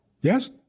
Yes